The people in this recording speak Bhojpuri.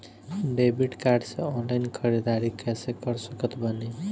डेबिट कार्ड से ऑनलाइन ख़रीदारी कैसे कर सकत बानी?